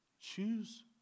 choose